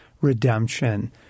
redemption